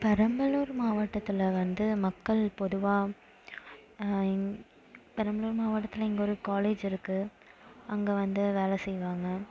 பெரம்பலூர் மாவட்டத்தில் வந்து மக்கள் பொதுவாக பெரம்பலூர் மாவட்டத்தில் இங்கே ஒரு காலேஜ் இருக்குது அங்கே வந்து வேலை செய்வாங்க